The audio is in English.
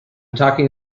talking